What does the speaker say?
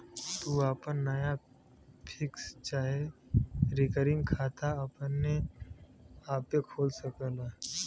तू आपन नया फिक्स चाहे रिकरिंग खाता अपने आपे खोल सकला